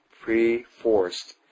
pre-forced